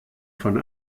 von